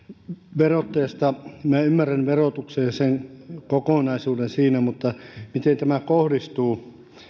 verottajasta minä ymmärrän verotuksen ja sen kokonaisuuden siinä mutta miten tämä kohdistuu